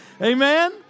Amen